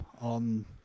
on